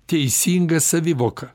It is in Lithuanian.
teisinga savivoka